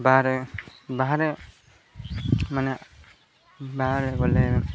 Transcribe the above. ବାହାରେ ବାହାରେ ମାନେ ବାହାରେ ବୋଲେ